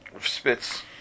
spits